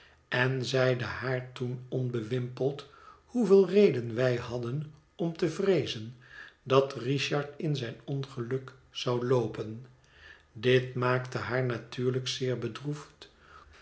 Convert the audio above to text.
en zeide haar toen onbewimpeld hoeveel reden wij hadden om te vreezen dat richard in zijn ongeluk zou loopen dit maakte haar natuurlijk zeer bedroefd